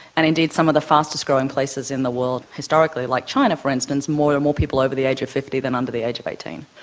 and indeed some of the fastest-growing places in the world historically, like china for instance, more and more people are over the age of fifty than under the age of eighteen.